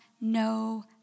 no